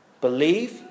Believe